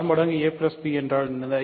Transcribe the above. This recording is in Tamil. r மடங்கு a b என்றால் என்ன